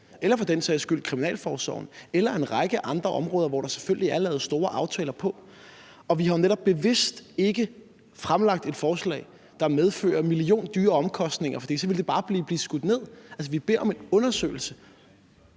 eller for den sags skyld kriminalforsorgen eller en række andre områder, som der selvfølgelig er lavet store aftaler på. Vi har jo netop bevidst ikke fremsat et forslag, der medfører milliondyre omkostninger, for så ville det bare blive skudt ned. Altså, vi beder om en undersøgelse.